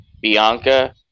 Bianca